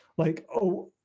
like, oh,